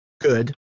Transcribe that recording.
good